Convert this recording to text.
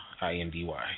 I-N-D-Y